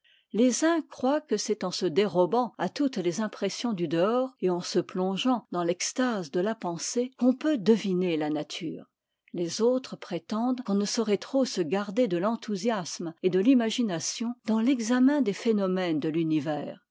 les uns croient que c'est en se dérobant à toutes les impressions du dehors et en se plongeant dans l'extase de la pensée qu'on peut deviner la nature les autres prétendent qu'on ne saurait trop se garder de l'enthousiasme et de l'imagination dans l'examen des phénomènes de l'univers